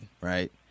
right